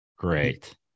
Great